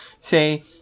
Say